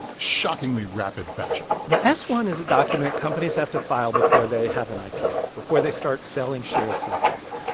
shockingly rapid fashion the s one is a document companies have to file before they have an ipo, before they start selling shares to the public.